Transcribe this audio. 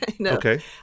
Okay